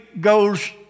goes